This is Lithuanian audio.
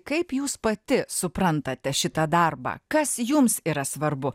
kaip jūs pati suprantate šitą darbą kas jums yra svarbu